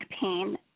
pain